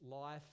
life